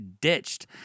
ditched